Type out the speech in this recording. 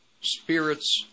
spirits